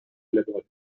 لباسمون